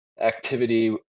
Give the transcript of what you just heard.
activity